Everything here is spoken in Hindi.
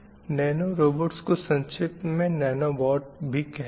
नैनो रोबाट्स को संक्षिप्त में नैनो बोट भी कहते हैं